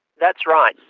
that's right.